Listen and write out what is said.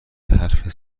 حروف